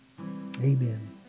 amen